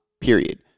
period